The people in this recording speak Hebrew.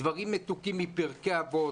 דברים מתוקים מפרקי אבות,